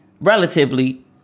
relatively